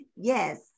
yes